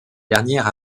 dernière